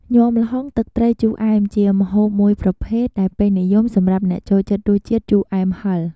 ញំាល្ហុងទឹកត្រីជូរអែម ជាម្ហូបមួយប្រភេទដែលពេញនិយមសម្រាប់អ្នកចូលចិត្តរសជាតិជូរអែមហឹរ។